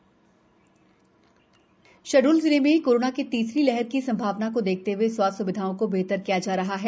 शहडोल व्यवस्थाएं शहडोल जिले में कोराना की तीसरी लहर की संभावना को देखते हुए स्वास्थ सुविधाओं को बेहतर किया जा रहा है